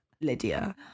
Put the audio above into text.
Lydia